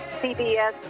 CBS